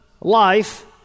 life